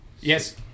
yes